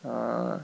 err